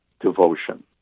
devotion